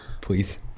Please